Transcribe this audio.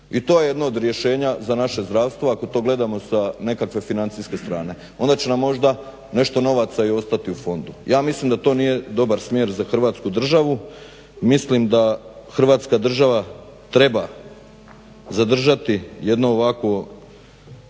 i to je jedno od rješenja za naše zdravstvo ako to gledamo sa nekakve financijske strane. Onda će nam možda nešto novaca i ostati u fondu. Ja mislim da to nije dobar smjer za Hrvatsku državu, mislim da Hrvatska država treba zadržati jedno ovakvo